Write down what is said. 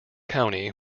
county